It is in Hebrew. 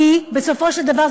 כי בסופו של דבר,